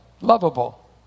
lovable